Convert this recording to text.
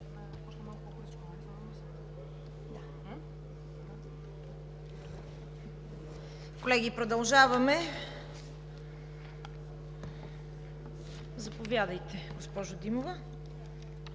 Колеги, продължаваме. Заповядайте, госпожо Димова.